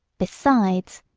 besides,